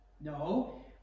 No